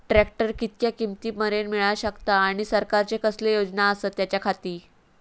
Tractor कितक्या किमती मरेन मेळाक शकता आनी सरकारचे कसले योजना आसत त्याच्याखाती?